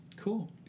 Cool